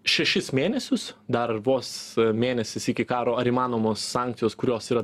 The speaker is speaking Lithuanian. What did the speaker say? šešis mėnesius dar vos mėnesis iki karo ar įmanomos sankcijos kurios yra